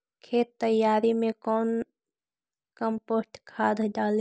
खेत तैयारी मे कौन कम्पोस्ट खाद डाली?